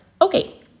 okay